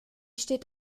steht